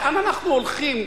לאן אנחנו הולכים,